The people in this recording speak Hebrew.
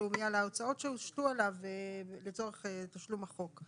לאומי על ההוצאות שהושתו עליו לצורך תשלום החוק?